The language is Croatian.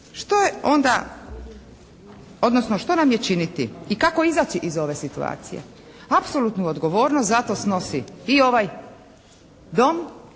što nam je činiti i kako izaći iz ove situacije? Apsolutnu odgovornost za to snosi i ovaj Dom,